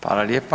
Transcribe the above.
Hvala lijepa.